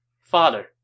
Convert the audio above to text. Father